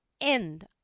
end